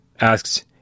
asks